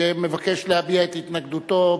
שמבקש להביע את התנגדותו?